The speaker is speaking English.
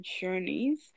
journeys